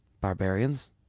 Barbarians